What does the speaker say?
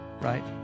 right